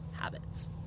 habits